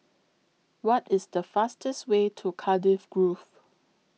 What IS The fastest Way to Cardiff Grove